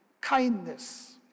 kindness